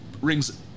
rings